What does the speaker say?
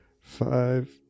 five